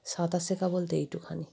সাঁতার শেখা বলতে এইটুখানি